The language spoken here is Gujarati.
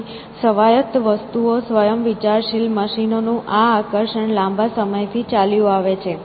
તેથી સ્વાયત્ત વસ્તુઓ સ્વયં વિચારશીલ મશીનો નું આ આકર્ષણ લાંબા સમયથી ચાલ્યું આવે છે